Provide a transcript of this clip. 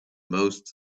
most